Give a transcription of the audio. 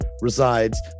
resides